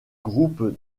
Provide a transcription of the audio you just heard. groupes